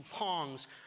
longs